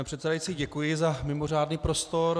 Pane předsedající, děkuji za mimořádný prostor.